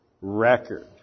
record